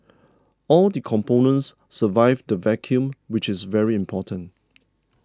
all the components survived the vacuum which is very important